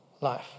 life